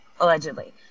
allegedly